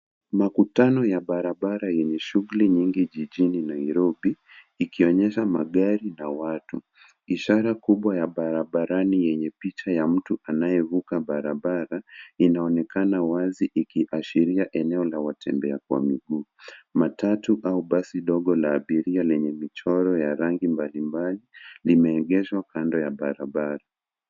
Makutano ya barabara yenye shughuli jijini Nairobi, ikionyesha magari na watu. Ishara kubwa ya barabarani yenye picha ya mtu anavuka barabara, inaonekana wazi ikiashiria eneo la watembea kwa miguu. Matatu au basi ndogo la abiria lenye michoro ya rangi mbalimbali, limeegeshwa kando ya barabara.